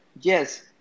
Yes